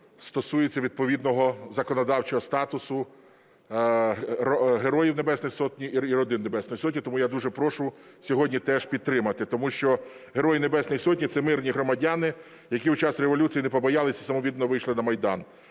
стосується відповідного законодавчого статусу Героїв Небесної Сотні і родин Небесної Сотні. Тому я дуже прошу сьогодні теж підтримати. Тому що Герої Небесної Сотні – це мирні громадяни, які під час революції не побоялися і самовіддано вийшли на Майдан,